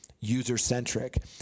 user-centric